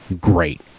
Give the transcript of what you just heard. great